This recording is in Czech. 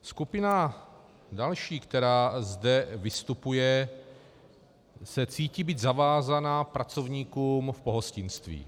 Skupina další, která zde vystupuje, se cítí být zavázaná pracovníkům pohostinství.